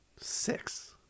Six